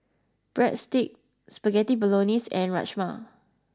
Breadsticks Spaghetti Bolognese and Rajma